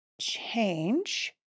change